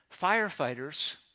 Firefighters